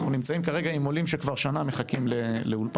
אנחנו נמצאים עם עולים שכבר שנה מחכים לאולפן.